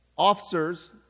officers